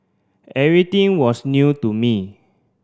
everything was new to me